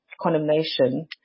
condemnation